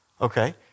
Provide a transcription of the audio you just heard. Okay